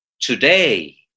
today